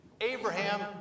Abraham